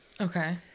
Okay